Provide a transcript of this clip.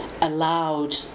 allowed